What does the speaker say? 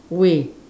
way